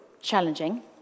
challenging